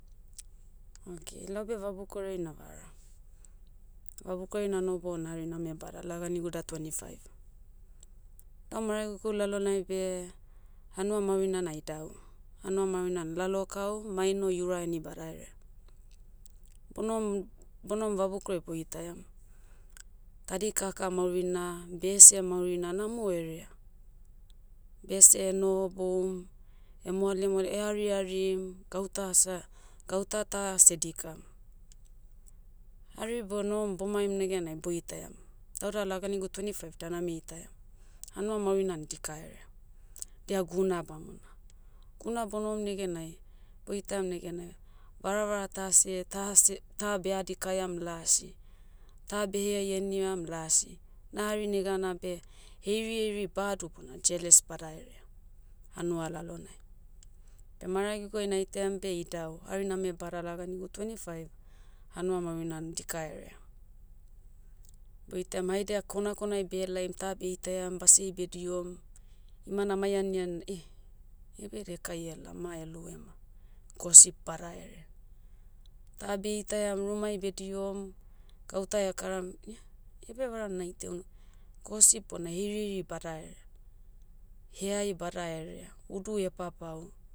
Okay laube vabukori'ai navara. Vabukori'ai nanoho bona hari name bada laganiguda tweni five. Lau maragigu lalonai beh, hanua maurina na idau. Hanua maurinan lalokau, maino iuraheni badaherea. Bonohom- bonohom vabukori'a boitaiam. Tadikaka maurina, bese maurina namoherea. Bese nohoboum, moale moale hariharim, gauta sa- gauta ta sedikam. Hari bonohom bomain negenai boitaiam. Lauda laganigu tweni five da name itaia. Hanua maurinan dikaherea. Dia guna bamona. Guna bonohom negenai, boitaiam negene, varavara ta seh- ta seh ta beha dikaiam lasi. Ta beheai eniam lasi. Na hari negana beh, heirieiri badu bona jeles badaherea, hanua lalonai. Beh maragiguai naitaiam beh idau. Hari name bada laganigu tweni five, hanua maurinan dika erea. Boitaiam haidia konakonai behelaim ta beitaiam basiai bedihom, imana mai anian eh, ia beh edekai ela ma elou ema, gosip badaherea. Ta beitaiam rumai bedihom, gauta ekaram ia, iabeh varan naitaia un- gosip bona heirieiri badahere. Heai badaherea. Udui hepapau.